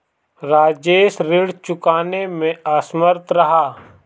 राजेश ऋण चुकाने में असमर्थ रहा